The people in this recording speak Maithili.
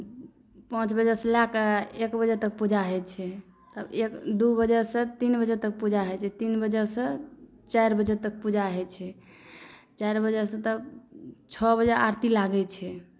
पाँच बजेसँ लै कऽ एक बजे तक पूजा होइ छै तब एक दू बजेसँ तीन बजे तक पूजा होइ छै तीन बजेसँ चारि बजे तक पूजा होइ छै चारि बजेसँ तऽ छह बजे आरती लागै छै